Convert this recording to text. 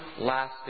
lasting